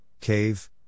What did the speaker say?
Cave